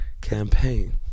Campaign